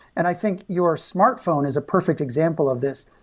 and i think your smartphone is a perfect example of this.